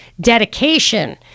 dedication